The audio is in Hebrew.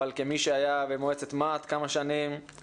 אבל כמי שהיה במועצת מה"ט כמה שנים,